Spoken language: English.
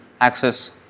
access